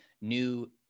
new